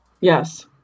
Yes